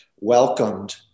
welcomed